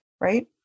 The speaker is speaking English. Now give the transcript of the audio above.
right